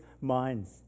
minds